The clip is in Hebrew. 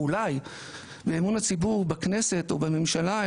אולי באמון הציבור בכנסת או בממשלה,